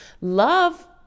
Love